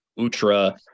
ultra